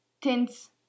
tints